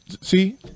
See